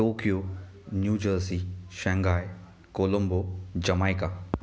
Tokyo New Jersey Shanghai Colombo Jamaica